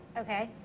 okay.